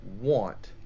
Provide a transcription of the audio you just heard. want